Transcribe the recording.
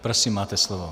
Prosím, máte slovo.